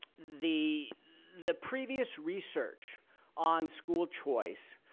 the the previous research on school choice,